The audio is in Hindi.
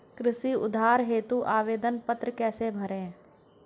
कृषि उधार हेतु आवेदन पत्र कैसे भरें?